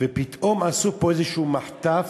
ופתאום עשו פה איזה מחטף,